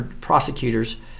prosecutors